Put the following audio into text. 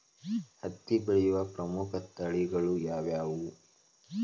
ಹತ್ತಿ ಬೆಳೆಯ ಪ್ರಮುಖ ತಳಿಗಳು ಯಾವ್ಯಾವು?